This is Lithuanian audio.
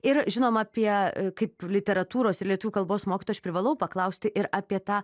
ir žinoma apie kaip literatūros lietuvių kalbos mokytojo aš privalau paklausti ir apie tą